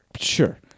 Sure